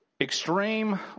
extreme